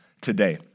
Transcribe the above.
today